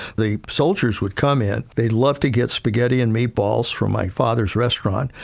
the soldiers would come in, they'd love to get spaghetti and meatballs from my father's restaurant,